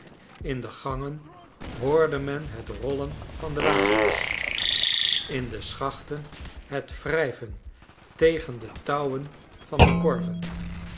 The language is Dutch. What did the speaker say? in de gangen hoorde men het rollen van de wagens in de schachten het wrijven tegen de touwen van de korven